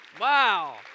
Wow